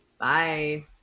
Bye